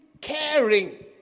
caring